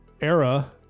era